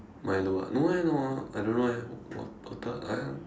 Milo ah no eh no ah I don't know eh water !aiya!